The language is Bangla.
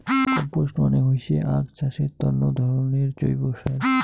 কম্পস্ট মানে হইসে আক চাষের তন্ন ধরণের জৈব সার